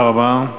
תודה רבה.